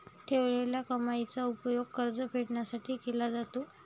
ठेवलेल्या कमाईचा उपयोग कर्ज फेडण्यासाठी केला जातो